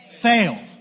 Fail